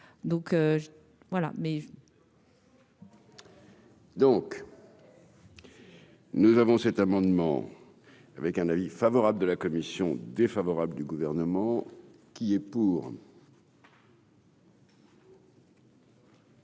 donc voilà mais. Donc. Nous avons cet amendement avec un avis favorable de la commission. Défavorable du gouvernement qui est pour.